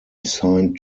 signed